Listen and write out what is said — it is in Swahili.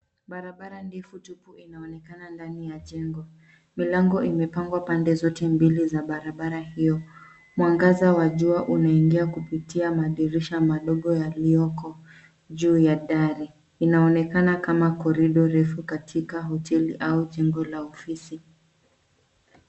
Barabara ndefu tupu inaonekana ndani ya jengo. Milango imepangwa pande zote mbili za barabara hio. Mwangaza wa jua unaingia kupitia madirisha madogo yaliyoko juu ya dari. Inaonekana kama corridor refu katika hoteli au jengo la ofisi.